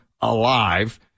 alive